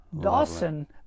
Dawson